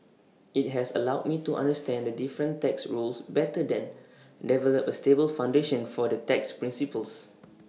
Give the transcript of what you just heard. IT has allowed me to understand the different tax rules better then develop A stable foundation for the tax principles